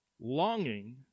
longing